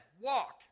walk